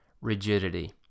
Rigidity